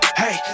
hey